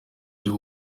cyo